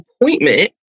appointment